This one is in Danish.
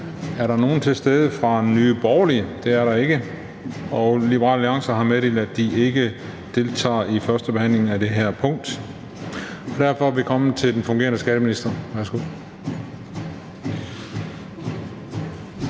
Er der nogen til stede fra Nye Borgerlige? Det er der ikke, og Liberal Alliance har meddelt, at de ikke deltager i førstebehandlingen af det her lovforslag. Derfor er vi kommet til den fungerende justitsminister. Værsgo.